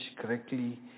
correctly